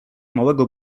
małego